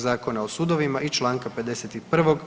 Zakona o sudovima i Članka 51.